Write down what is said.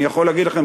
אני יכול להגיד לכם,